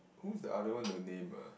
who's the other one the name eh